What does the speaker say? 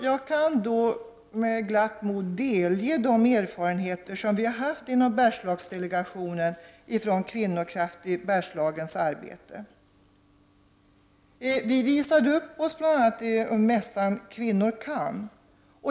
Jag kan då med glatt mod delge de erfarenheter som vi har gjort inom Bergslagsdelegationen från kvinnokraft i Bergslagsarbetet. Vi visade bl.a. upp oss på mässan Kvinnor kan.